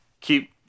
keep